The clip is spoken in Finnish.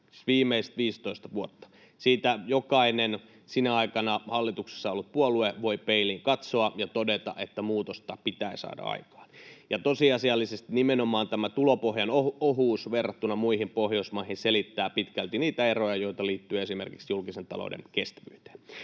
viimeiset 15 vuotta. Siinä jokainen sinä aikana hallituksessa ollut puolue voi peiliin katsoa ja todeta, että muutosta pitää saada aikaan. Ja tosiasiallisesti nimenomaan tämä tulopohjan ohuus verrattuna muihin Pohjoismaihin selittää pitkälti niitä eroja, joita liittyy esimerkiksi julkisen talouden kestävyyteen.